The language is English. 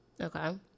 Okay